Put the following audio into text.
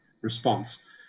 response